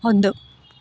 ಹೊಂದು